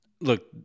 look